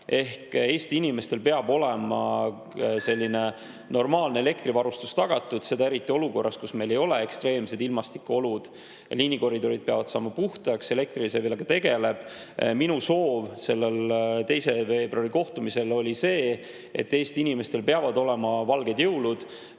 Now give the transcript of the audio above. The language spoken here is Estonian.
teha. Eesti inimestele peab olema normaalne elektrivarustus tagatud, seda eriti olukorras, kus meil ei ole ekstreemsed ilmastikuolud. Liinikoridorid peavad puhtaks saama, Elektrilevi sellega tegeleb. Minu soov 2. veebruari kohtumisel oli see, et Eesti inimestel peavad olema valged jõulud.